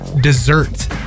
dessert